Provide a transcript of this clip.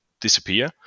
disappear